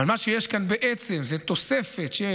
אבל מה שיש כאן, בעצם, זה תוספת של